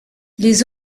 les